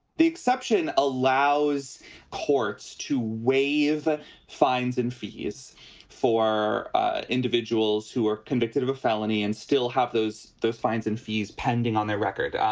the exception allows courts to waive the ah fines and fees for individuals who are convicted of a felony and still have those those fines and fees pending on their record. um